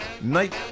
Night